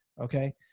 Okay